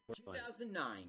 2009